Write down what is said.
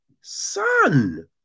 son